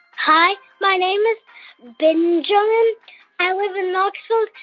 hi. my name is benjamin. i live in knoxville,